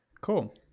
Cool